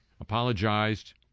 apologized